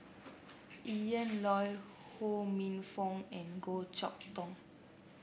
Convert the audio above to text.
Ian Loy Ho Minfong and Goh Chok Tong